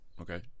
okay